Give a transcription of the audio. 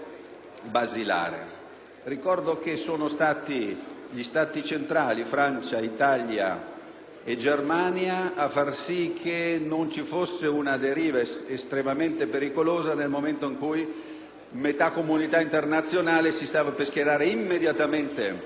Ricordo che sono stati gli Stati centrali (Francia, Italia e Germania) ad aver fatto sì che non ci fosse una deriva estremamente pericolosa nel momento in cui metà comunità internazionale si stava per schierare immediatamente